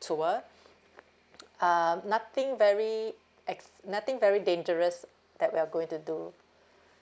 tour um nothing very ex nothing very dangerous that we are going to do